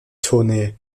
tournee